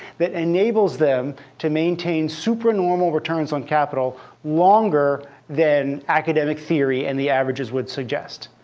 that enables them to maintain supernormal returns on capital longer than academic theory and the averages would suggest.